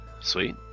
sweet